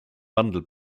wandel